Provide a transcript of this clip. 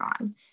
on